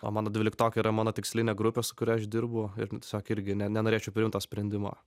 o mano dvyliktokai yra mano tikslinė grupė su kuria aš dirbu ir tiesiog irgi ne nenorėčiau priimt to sprendimo